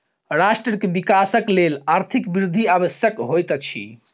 राष्ट्रक विकासक लेल आर्थिक वृद्धि आवश्यक होइत अछि